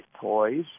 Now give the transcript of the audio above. toys